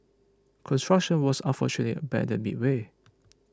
construction was unfortunately abandoned midway